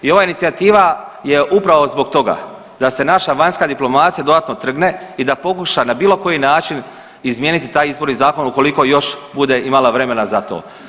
I ova inicijativa je upravo zbog toga da se naša vanjska diplomacija dodatno trgne i da pokuša na bilo koji način izmijeniti taj izborni zakon ukoliko još bude imala vremena za to.